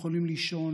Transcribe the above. הם יכולים לישון,